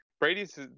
Brady's